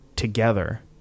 Together